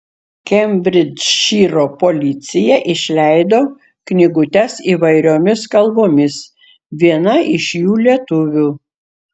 kembridžšyro policija išleido knygutes įvairiomis kalbomis viena iš jų lietuvių